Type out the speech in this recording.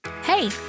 Hey